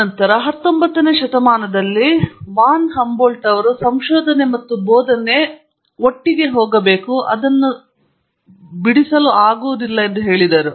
ನಂತರ 19 ನೇ ಶತಮಾನದಲ್ಲಿ ವಾನ್ ಹಂಬೋಲ್ಟ್ ಅವರು ಸಂಶೋಧನೆ ಮತ್ತು ಬೋಧನೆ ಕೈಯಲ್ಲಿ ಕೈಗೆ ಹೋಗಬೇಕು ಎಂದು ಹೇಳಿದರು